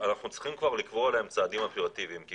צריכים כבר לקבוע להם צעדים אופרטיביים כי